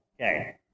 Okay